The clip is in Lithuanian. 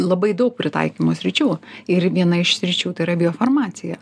labai daug pritaikymo sričių ir viena iš sričių tai yra biofarmacija